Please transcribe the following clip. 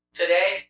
today